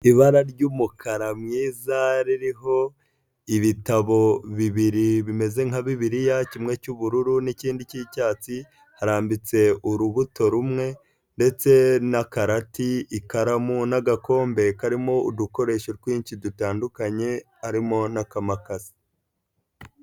Ibara ry'umukara mwiza ririho ibitabo bibiri bimeze nka bibiliya, kimwe cy'ubururu n'ikindi cy'icyatsi, harambitse urubuto rumwe ndetse n'akarati, ikaramu n'agakombe karimo udukoresho twinshi dutandukanye harimo n'ak'amakasi.